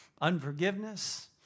unforgiveness